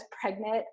pregnant